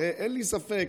הרי אין לי ספק